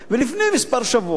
לפני כמה שבועות